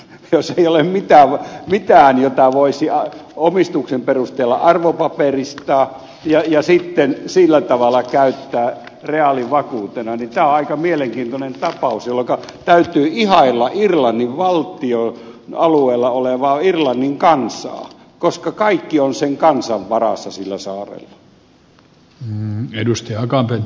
jos ei ole mitään jota voisi omistuksen perusteella arvopaperistaa ja sitten sillä tavalla käyttää reaalivakuutena niin tämä on aika mielenkiintoinen tapaus jolloinka täytyy ihailla irlannin valtion alueella olevaa irlannin kansaa koska kaikki on sen kansan varassa sillä saarella